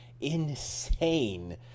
insane